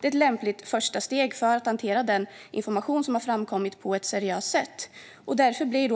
Det är ett lämpligt första steg för att på ett seriöst sätt hantera den information som har framkommit.